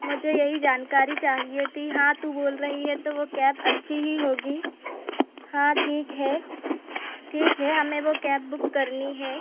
मुझे यही जानकारी चाहिए थी हाँ तू बोल रही है तो वो कैब अच्छी ही होगी हाँ ठीक है ठीक है हमें वो कैब बुक करनी है